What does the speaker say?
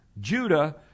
Judah